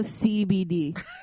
CBD